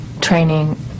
training